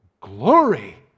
glory